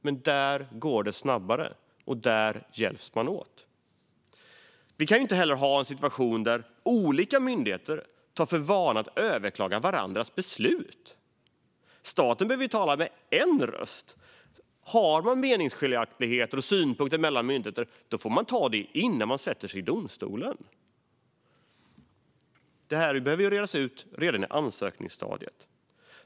Men där går det snabbare, och där hjälps man åt. Vi kan inte heller ha en situation där olika myndigheter tar för vana att överklaga varandras beslut. Staten behöver tala med en röst. Har man meningsskiljaktigheter och synpunkter mellan myndigheter får man ta det innan man går till domstol. Sådant behöver redas ut redan i ansökningsstadiet.